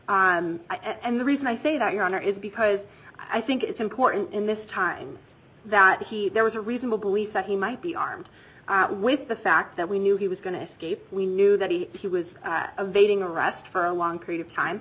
and the reason i say that your honor is because i think it's important in this time that he there was a reasonable belief that he might be armed with the fact that we knew he was going to escape we knew that he was of aiding arrest for a long period of time